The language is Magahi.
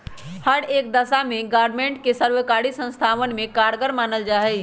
हर एक दशा में ग्रास्मेंट के सर्वकारी संस्थावन में कारगर मानल जाहई